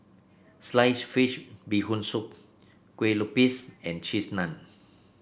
Sliced Fish Bee Hoon Soup Kue Lupis and Cheese Naan